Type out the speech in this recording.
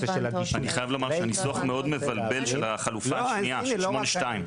אני חייב לומר שהניסוח של (8) (2),